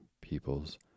peoples